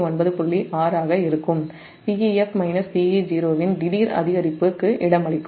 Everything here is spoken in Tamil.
6 ஆக இருக்கும் Pef Pe0 இன் திடீர் அதிகரிப்புக்கு இடமளிக்கும்